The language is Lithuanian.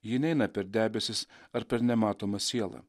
ji neina per debesis ar per nematomą sielą